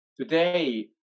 today